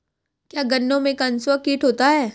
क्या गन्नों में कंसुआ कीट होता है?